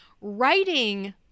writing